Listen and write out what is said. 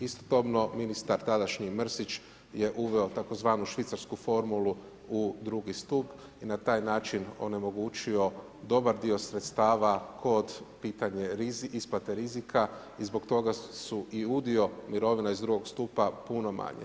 Istodobno ministar tadašnji Mrsić je uveo tzv. švicarsku formulu u II. stup i na taj način onemogućio dobar dio sredstava kod pitanja isplate rizika i zbog toga je i udio mirovina iz II. stupa puno manje.